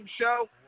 show